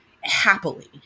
happily